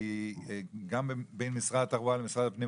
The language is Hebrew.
כי גם בין משרד התחבורה למשרד הפנים,